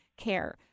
care